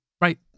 right